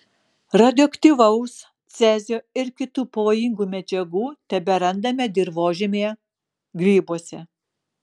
radioaktyvaus cezio ir kitų pavojingų medžiagų teberandame dirvožemyje grybuose